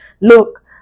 Look